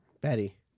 Betty